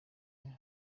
kuri